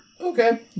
Okay